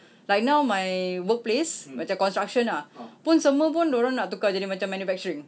like now my workplace macam construction ah pun semua pun dia orang nak tukar jadi macam manufacturing